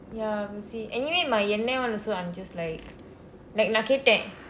ya we'll see anyway my என்னை:ennai all also I'm just like like நான் கேட்டேன்:naan keetdeen